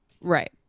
Right